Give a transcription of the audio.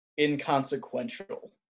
inconsequential